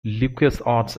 lucasarts